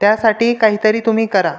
त्यासाठी काहीतरी तुम्ही करा